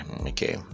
Okay